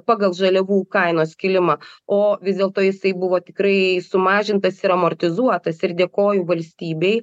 pagal žaliavų kainos kilimą o vis dėlto jisai buvo tikrai sumažintas ir amortizuotas ir dėkoju valstybei